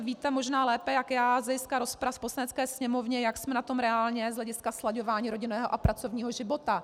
Víte možná lépe než já z hlediska rozprav v Poslanecké sněmovně, jak jsme na tom reálně z hlediska slaďování rodinného a pracovního života.